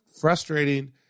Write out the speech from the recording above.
frustrating